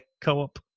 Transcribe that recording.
co-op